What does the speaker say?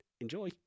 Enjoy